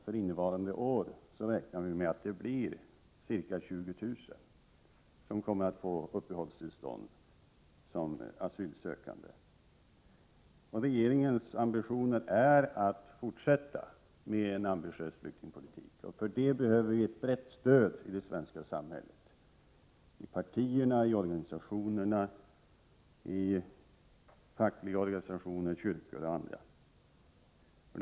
För innevarande år räknar vi med att det blir ca 20 000 asylsökande som kommer att få uppehållstillstånd. Regeringens ambitioner är att fortsätta med en ambitiös flyktingpolitik. För detta behöver vi ett brett stöd i det svenska samhället, i partierna, i organisationerna, i fackliga organisationer, i kyrkor och hos andra.